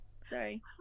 Sorry